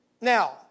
Now